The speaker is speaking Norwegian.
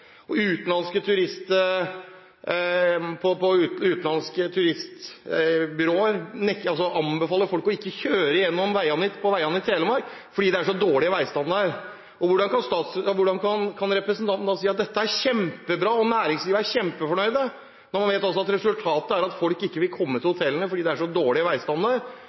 veinettet. Utenlandske turistbyråer anbefaler folk ikke å kjøre på veiene i Telemark, for det er så dårlig veistandard. Hvordan kan representanten si at dette er kjempebra og at næringslivet er kjempefornøyd, når man vet at resultatet er at folk ikke vil komme til hotellene fordi det er så dårlig